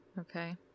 Okay